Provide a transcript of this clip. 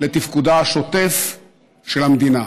לתפקודה השוטף של המדינה.